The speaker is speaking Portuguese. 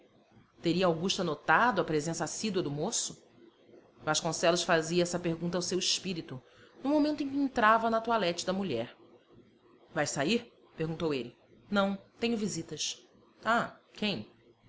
teria augusta notado a presença assídua do moço vasconcelos fazia essa pergunta ao seu espírito no momento em que entrava na toilette da mulher vais sair perguntou ele não tenho visitas ah quem